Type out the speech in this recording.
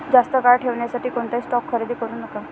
जास्त काळ ठेवण्यासाठी कोणताही स्टॉक खरेदी करू नका